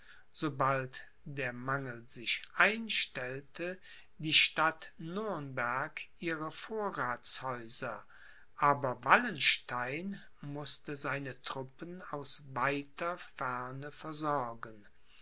sobald der mangel sich einstellte die stadt nürnberg ihre vorrathshäuser aber wallenstein mußte seine truppen aus weiter ferne versorgen